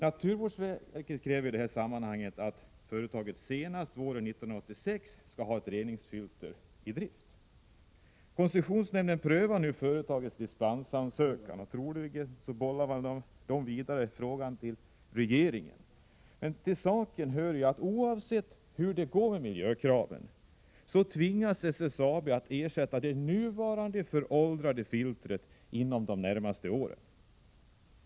Naturvårdsverket kräver i detta sammanhang att företaget senast våren 1986 skall ha ett reningsfilter i drift. Koncessionsnämnden prövar nu företagets dispensansökan, och troligen bollar man frågan vidare till regeringen. Till saken hör att oavsett hur det går med miljökraven tvingas SSAB att ersätta det nuvarande föråldrade filtret inom de närmaste åren.